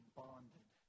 bonded